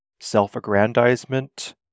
self-aggrandizement